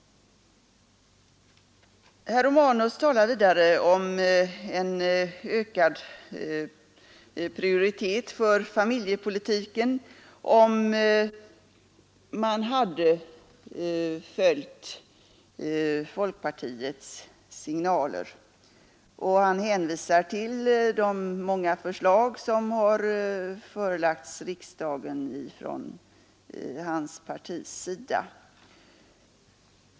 Herr Romanus talar vidare om en ökad prioritet för familjepolitiken, om man hade följt folkpartiets signaler. Han hänvisar till de många förslag som förelagts riksdagen från hans partis sida.